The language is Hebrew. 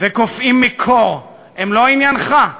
וקופאים מקור הם לא עניינך?